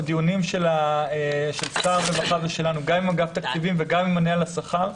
הדיונים של שר הרווחה ושלנו גם עם אגף תקציבים וגם עם הממונה על השכר.